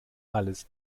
alles